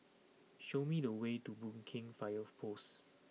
show me the way to Boon Keng Fire Post